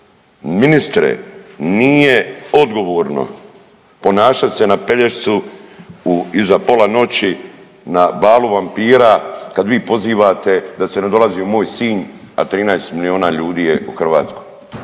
Ministre, nije odgovorno ponašat se na Pelješcu iza pola noći na balu vampira kad vi pozivate da se ne dolazi u moj Sinj, a 13 milijuna ljudi je u Hrvatskoj.